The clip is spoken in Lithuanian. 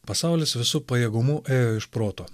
pasaulis visu pajėgumu ėjo iš proto